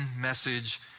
message